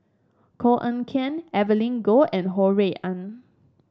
Koh Eng Kian Evelyn Goh and Ho Rui An